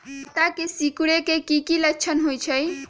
पत्ता के सिकुड़े के की लक्षण होइ छइ?